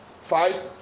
five